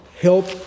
help